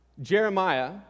Jeremiah